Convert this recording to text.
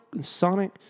Sonic